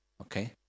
Okay